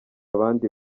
abandi